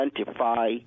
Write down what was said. identify